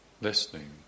listening